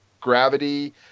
gravity